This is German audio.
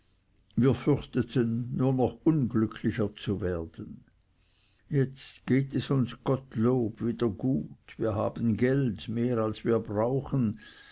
wir fürchteten nur noch unglücklicher zu werden jetzt geht es uns gottlob wieder gut wir haben geld mehr als wir brauchen